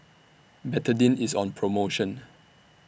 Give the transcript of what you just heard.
Betadine IS on promotion